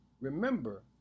remember